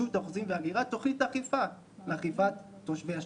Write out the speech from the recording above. האוכלוסין וההגירה תוכנית אכיפה לתושבי השטחים.